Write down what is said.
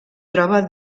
troba